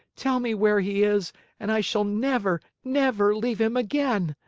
tell me where he is and i shall never, never leave him again!